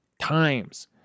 times